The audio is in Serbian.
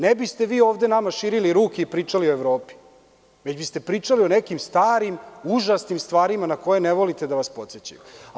Ne biste vi ovde nama širili ruke i pričali o Evropi, već biste pričali o nekim starim, užasnim stvarima na koje ne volite da vas podsećaju.